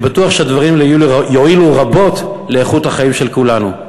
אני בטוח שהדברים יועילו רבות לאיכות החיים של כולנו.